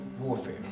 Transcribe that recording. warfare